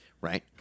right